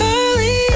Early